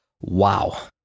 wow